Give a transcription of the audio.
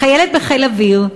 חיילת בחיל אוויר,